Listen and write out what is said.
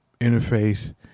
interface